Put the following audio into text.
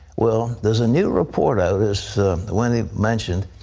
well, there is a new report out, as wendy mentioned,